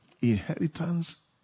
Inheritance